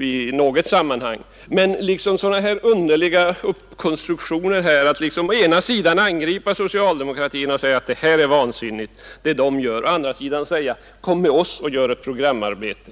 i något sammanhang. Herr Sjönells argumentering är verkligen underligt uppkonstruerad. Å ena sidan angriper han socialdemokratin för att vad den gör är vansinnigt. Å andra sidan säger han: Kom med oss i ett programarbete!